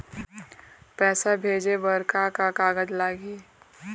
पैसा भेजे बर का का कागज लगही?